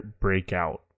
breakout